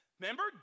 Remember